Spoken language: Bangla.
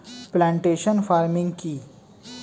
প্লান্টেশন ফার্মিং কি?